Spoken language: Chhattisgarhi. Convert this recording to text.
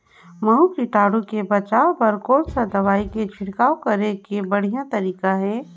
महू कीटाणु ले बचाय बर कोन सा दवाई के छिड़काव करे के बढ़िया तरीका हे?